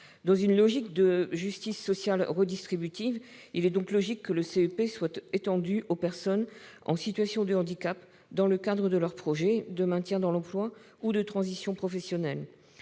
Dans une logique de justice sociale redistributive, le CEP doit être étendu aux personnes en situation de handicap dans le cadre de leur projet de maintien dans l'emploi ou de transition professionnelle.